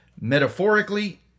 Metaphorically